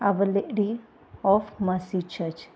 our lady of mercy church